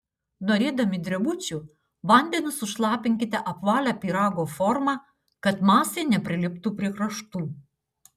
norėdami drebučių vandeniu sušlapinkite apvalią pyrago formą kad masė nepriliptų prie kraštų